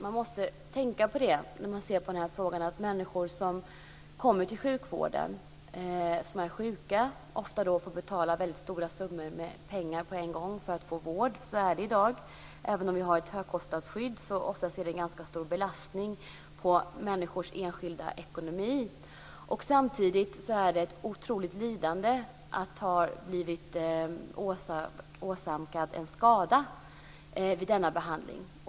Man måste tänka på det, när man ser den här frågan, att människor som kommer till sjukvården och som är sjuka ofta får betala väldigt stora summor med pengar på en gång för att få vård. Så är det i dag. Även om vi har ett högkostnadsskydd är det oftast en ganska stor belastning på enskilda människors ekonomi. Samtidigt innebär det ett otroligt lidande att ha blivit åsamkad en skada vid denna behandling.